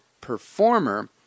performer